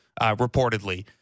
reportedly